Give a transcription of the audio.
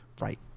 right